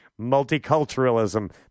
multiculturalism